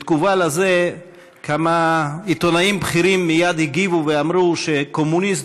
בתגובה על זה כמה עיתונאים בכירים מייד הגיבו ואמרו שקומוניסט,